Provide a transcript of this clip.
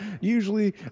usually